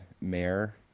mayor